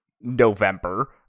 November